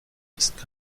ist